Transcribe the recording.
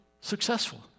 successful